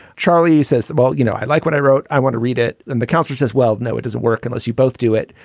charlie says, well, you know, i like what i wrote. i want to read it. and the counselor says, well, no, it doesn't work unless you both do it.